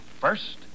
First